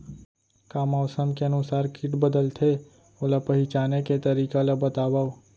का मौसम के अनुसार किट बदलथे, ओला पहिचाने के तरीका ला बतावव?